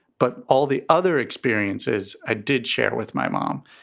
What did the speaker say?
but all the other experiences i did share with my mom.